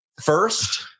First